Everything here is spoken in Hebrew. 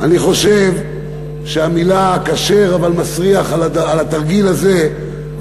אני חושב שהמילים "כשר אבל מסריח" על התרגיל הזה,